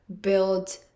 build